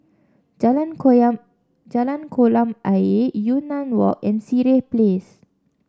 Jalan Koyam Jalan Kolam Ayer Yunnan Walk and Sireh Place